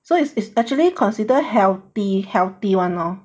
so is is actually consider healthy healthy [one] lor